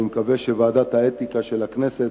אני מקווה שוועדת האתיקה של הכנסת,